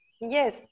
Yes